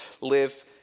live